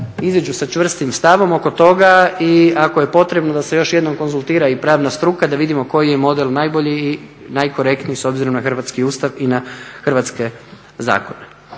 iziđu sa čvrstim stavom oko toga i ako je potrebno da se još jednom konzultira i pravna struka da vidimo koji je model najbolji i najkorektniji s obzirom na hrvatski Ustav i na hrvatske zakone.